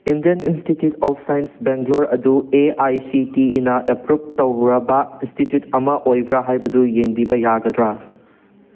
Indian institute of science Bangalore ꯑꯗꯨ A I C T E ꯅ approve ꯇꯧꯔꯕ institute ꯑꯃ ꯑꯣꯏꯕ꯭ꯔꯥ ꯍꯥꯏꯕꯗꯨ ꯌꯦꯡꯕꯤꯕ ꯌꯥꯒꯗ꯭ꯔꯥ